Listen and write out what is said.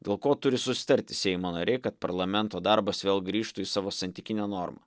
dėl ko turi susitarti seimo nariai kad parlamento darbas vėl grįžtų į savo santykinę normą